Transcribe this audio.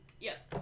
yes